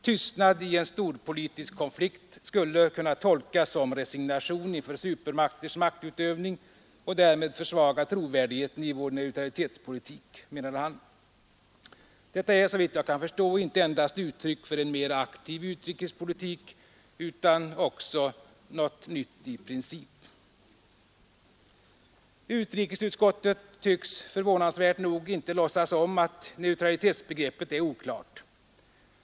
Tystnad i en storpolitisk konflikt skulle kunna tolkas som resignation inför supermakters maktutövning och därmed försvaga trovärdigheten i vår neutralitetspolitik, menade han. Detta är såvitt jag kan förstå inte endast uttryck för en mera aktiv utrikespolitik utan något i princip nytt. Utrikesutskottet tycks förvånansvärt nog inte låtsas om att neutralitetsbegreppet är oklart.